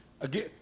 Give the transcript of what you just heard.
again